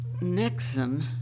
Nixon